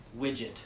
widget